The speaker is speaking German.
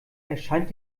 erscheint